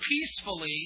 peacefully